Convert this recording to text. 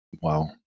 Wow